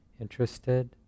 interested